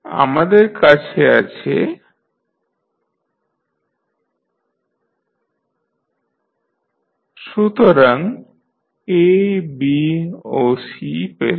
আমাদের কাছে আছে সুতরাং A B ও C পেলেন